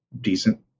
decent